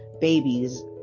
babies